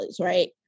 right